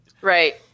Right